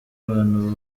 abantu